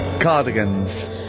Cardigans